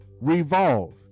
revolve